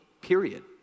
period